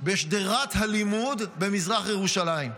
בשדרת הלימוד במזרח ירושלים.